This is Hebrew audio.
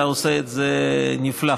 אתה עושה את זה נפלא.